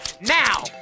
Now